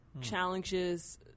challenges